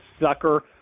sucker